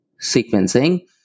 sequencing